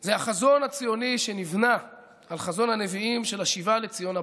זה החזון הציוני שנבנה על חזון הנביאים של השיבה לציון,